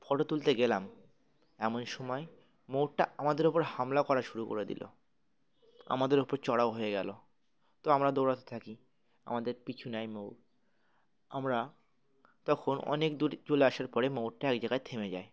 photo তুলতে গেলাম এমন সময় ময়ূরটা আমাদের ওপর হামলা করা শুরু করে দিল আমাদের ওপর চড়াও হয়ে গেলো তো আমরা দৌড়াতে থাকি আমাদের পিছু নেয় ময়ূর আমরা তখন অনেক দূরে চলে আসার পরে ময়ূরটা এক জায়গায় থেমে যাই